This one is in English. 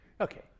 Okay